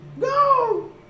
go